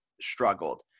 struggled